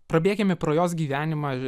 prabėkime pro jos gyvenimą